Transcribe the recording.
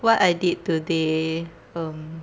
what I did today um